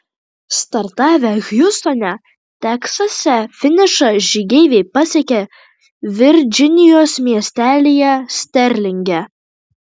startavę hjustone teksase finišą žygeiviai pasiekė virdžinijos miestelyje sterlinge